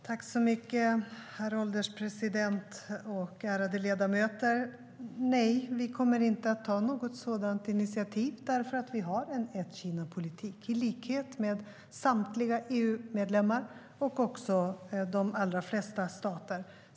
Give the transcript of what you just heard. Herr ålderspresident och ärade ledamöter! Nej, vi kommer inte att ta något sådant initiativ eftersom vi har en ett-Kina-politik i likhet med samtliga EU-medlemmar och de flesta övriga stater.